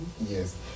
Yes